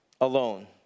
alone